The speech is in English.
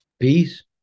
peace